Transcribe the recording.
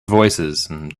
voicesand